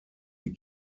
die